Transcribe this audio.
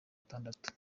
atandatu